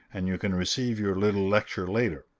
and you can receive your little lecture later.